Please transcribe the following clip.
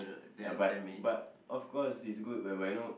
ya but but of course it's good whereby you know